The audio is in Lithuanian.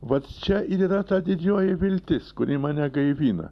va čia ir yra ta didžioji viltis kuri mane gaivina